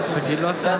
וגם השר שלך,